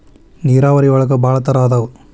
ನೇರಾವರಿ ಒಳಗ ಭಾಳ ತರಾ ಅದಾವ